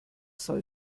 soll